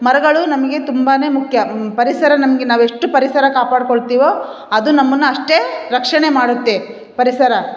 ಮರಗಳು ನಮಗೆ ತುಂಬಾ ಮುಖ್ಯ ಪರಿಸರ ನಮ್ಗೆ ನಾವು ಎಷ್ಟು ಪರಿಸರ ಕಾಪಾಡ್ಕೊಳ್ತಿವೊ ಅದು ನಮ್ಮನ್ನು ಅಷ್ಟೆ ರಕ್ಷಣೆ ಮಾಡುತ್ತೆ ಪರಿಸರ